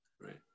Right